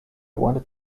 wanted